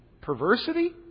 perversity